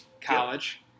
college